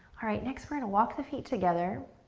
alright, next we're gonna walk the feet together.